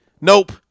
Nope